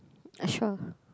uh sure